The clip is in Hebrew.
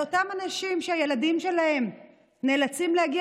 על אותם אנשים שהילדים שלהם נאלצים להגיע,